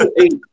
eight